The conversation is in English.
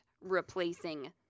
replacing